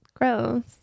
gross